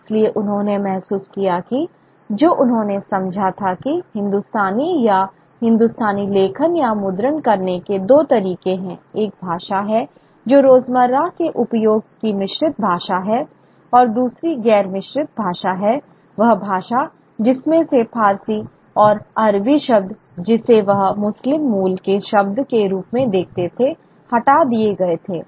इसलिए उन्होंने महसूस किया कि जो उन्होंने समझा था कि हिंदुस्तानी या हिंदुस्तानी लेखन या मुद्रण करने के दो तरीके हैं एक भाषा है जो रोजमर्रा के उपयोग की मिश्रित भाषा है और दूसरी गैर मिश्रित भाषा है वह भाषा जिसमें से फारसी और अरबी शब्द जिसे वह मुस्लिम मूल के शब्द के रूप में देखते थे हटा दिए गए थे